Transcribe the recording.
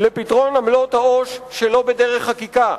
לפתרון בעיית עמלות העו"ש שלא בדרך חקיקה.